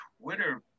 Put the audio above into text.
Twitter